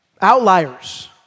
outliers